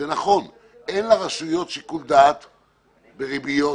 שאין לרשויות שיקול דעת בריביות.